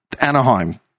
Anaheim